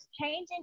changing